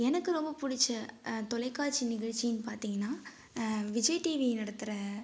எனக்கு ரொம்ப பிடிச்ச தொலைக்காட்சி நிகழ்ச்சினு பார்த்திங்கனா விஜய் டிவி நடத்துகிற